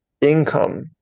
income